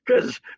Cause